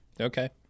Okay